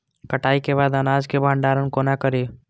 कटाई के बाद अनाज के भंडारण कोना करी?